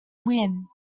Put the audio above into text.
win